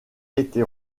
été